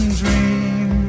dream